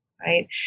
right